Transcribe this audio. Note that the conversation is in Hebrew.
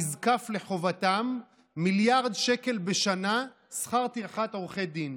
נזקפים לחובתם מיליארד שקל בשנה שכר טרחת עורכי דין.